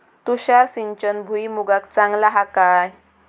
तुषार सिंचन भुईमुगाक चांगला हा काय?